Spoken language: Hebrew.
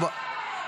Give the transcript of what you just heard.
מה זה?